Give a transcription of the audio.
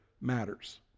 matters